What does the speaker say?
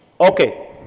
Okay